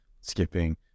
skipping